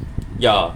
ya